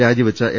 രാജിവെച്ച എം